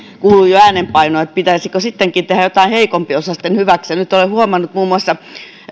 kuului jo äänenpaino että pitäisikö sittenkin tehdä jotain heikompiosaisten hyväksi nyt olen huomannut muun muassa